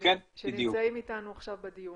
שנמצאים איתנו עכשיו בדיון.